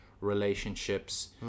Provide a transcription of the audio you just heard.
relationships